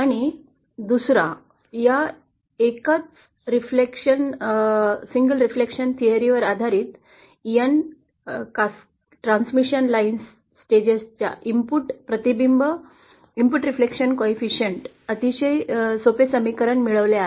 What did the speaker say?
आणि दुसरा या एकच प्रतिबिंब सिद्धान्त आधारित एन ट्रान्समिशन लाईन स्टेजच्या इनपुट प्रतिबिंब सहकार्यक्षमतेसाठी अतिशय सोपा समीकरण मिळवल आहे